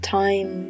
time